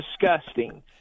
disgusting